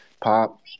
Pop